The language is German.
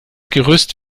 gerüst